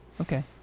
okay